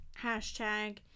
hashtag